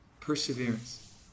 Perseverance